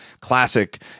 classic